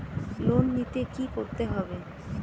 Loan নিতে কী করতে হবে?